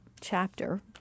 chapter